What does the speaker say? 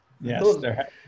yes